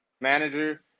manager